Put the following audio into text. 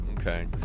okay